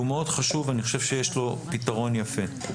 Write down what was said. מאוד חשוב ואני חושב שיש לו פתרון יפה.